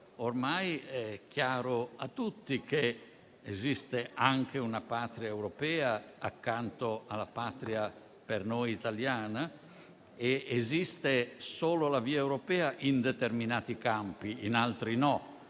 Ormai è chiaro a tutti che esiste anche una Patria europea accanto a quella - per noi - italiana ed esiste solo la via europea in determinati campi, in altri no,